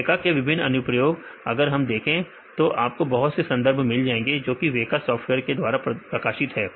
तो वेका के विभिन्न अनुप्रयोग हैं अगर आप देखें तो आपको बहुत से संदर्भ मिल जाएंगे जो कि वेका सॉफ्टवेयर के द्वारा प्रकाशित है